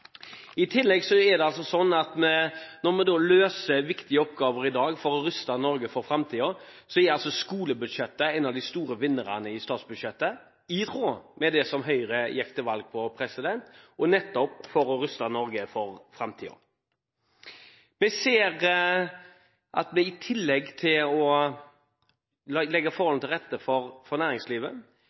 når vi løser viktige oppgaver i dag for å ruste Norge for framtiden, er skolebudsjettet en av de store vinnerne i statsbudsjettet, i tråd med det som Høyre gikk til valg på – og nettopp for å ruste Norge for framtiden. I tillegg til å legge forholdene til rette for næringslivet er det viktig også å legge forholdene til rette for